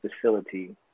facility